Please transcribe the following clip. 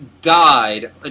died